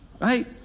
Right